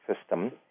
system